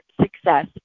success